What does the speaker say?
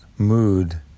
mood